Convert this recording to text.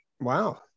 Wow